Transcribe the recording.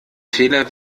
fehler